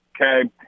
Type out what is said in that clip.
okay